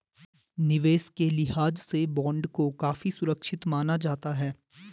निवेश के लिहाज से बॉन्ड को काफी सुरक्षित माना जाता है